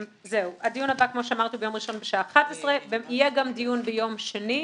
התקיים דיון גם ביום שני.